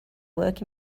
work